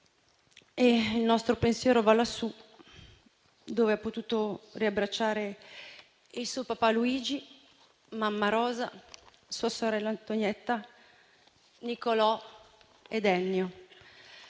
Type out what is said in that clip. E il nostro pensiero va lassù, dove ha potuto riabbracciare il suo papà Luigi, mamma Rosa, sua sorella Antonietta, Niccolò ed Ennio.